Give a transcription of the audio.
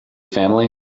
family